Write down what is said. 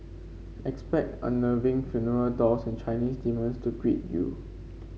expect unnerving funeral dolls and Chinese demons to greet you